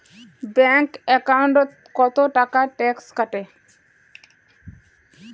Bank একাউন্টত কতো টাকা ট্যাক্স কাটে?